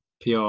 PR